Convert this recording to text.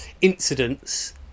incidents